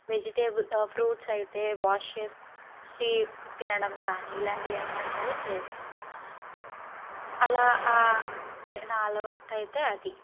vegetable fruits అయితే wash చేసి తినడం కానీ ఇలాంటివి ఏమైనా సరే చేస్తాను అలా నా అలవాటు అయితే అది